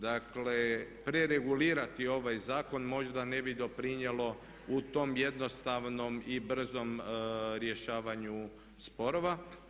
Dakle, preregulirati ovaj zakon možda ne bi doprinijelo u tom jednostavnom i brzom rješavanju sporova.